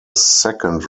second